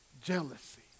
jealousy